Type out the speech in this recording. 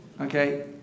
Okay